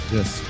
Yes